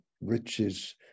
riches